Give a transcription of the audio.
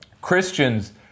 Christians